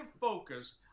focus